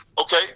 Okay